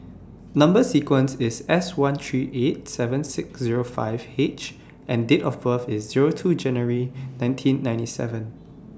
Number sequence IS S one three eight seven six Zero five H and Date of birth IS Zero two January nineteen ninety seven